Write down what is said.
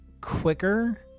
quicker